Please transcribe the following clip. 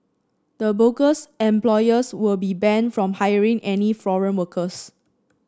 the bogus employers will be banned from hiring any foreign workers